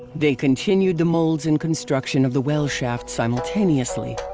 they continued the molds and construction of the well shaft simultaneously.